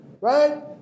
right